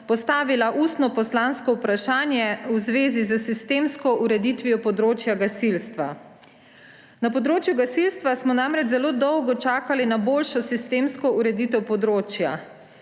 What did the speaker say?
postavila ustno poslansko vprašanje v zvezi s sistemsko ureditvijo področja gasilstva. Na področju gasilstva smo namreč zelo dolgo čakali na boljšo sistemsko ureditev področja.